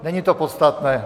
Není to podstatné.